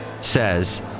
says